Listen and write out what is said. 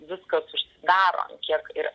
viskas užsidaro ant kiek ir